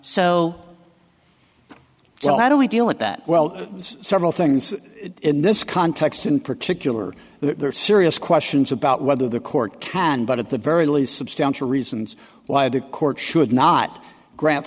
so how do we deal with that well several things in this context in particular there are serious questions about whether the court can but at the very least substantial reasons why the court should not gra